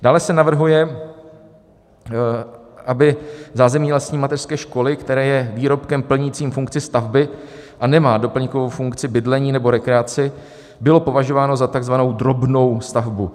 Dále se navrhuje, aby zázemí lesní mateřské školy, které je výrobkem plnícím funkci stavby a nemá doplňkovou funkci bydlení nebo rekreace, bylo považováno za takzvanou drobnou stavbu.